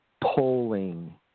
polling